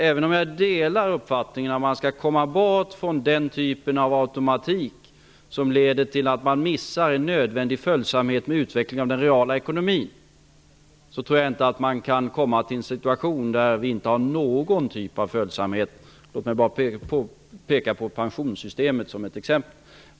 Även om jag delar uppfattningen att man skall komma bort från den typen av automatik som leder till att man missar en nödvändig följsamhet med utvecklingen av den reala ekonomin, tror jag inte att man kan komma till en situation där vi inte har någon typ av följsamhet. Låt mig bara peka på pensionssystemet som ett exempel.